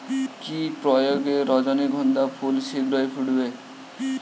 কি প্রয়োগে রজনীগন্ধা ফুল শিঘ্র ফুটবে?